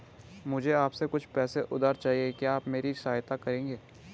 मुझे आपसे कुछ पैसे उधार चहिए, क्या आप मेरी सहायता करेंगे?